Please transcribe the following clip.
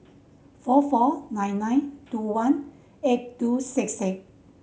four four nine nine two one eight two six six